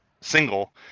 single